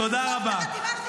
אני אמחק את החתימה שלי,